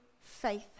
faith